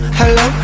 hello